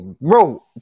bro